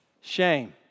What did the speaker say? Shame